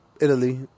Italy